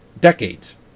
decades